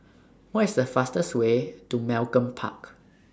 What IS The fastest Way to Malcolm Park